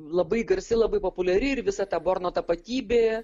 labai garsi labai populiari ir visa ta borno tapatybė